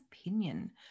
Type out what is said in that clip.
opinion